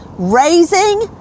Raising